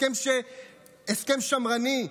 הסכם שמרני,